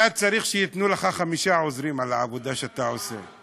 אתה צריך לתת לך חמישה עוזרים על העבודה שאתה עושה.